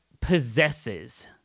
possesses